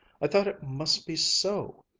i thought it must be so.